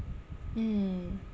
mm